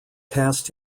cast